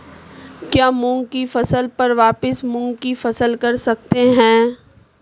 क्या मूंग की फसल पर वापिस मूंग की फसल कर सकते हैं?